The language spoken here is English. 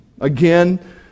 again